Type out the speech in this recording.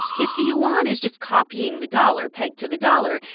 if the yuan is just copying the dollar pegged to the dollar,